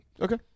Okay